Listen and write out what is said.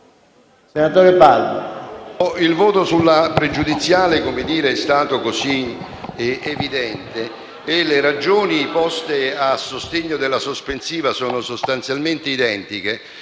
il voto sulla questione pregiudiziale è stato così evidente e le ragioni poste a sostegno della questione sospensiva sono sostanzialmente identiche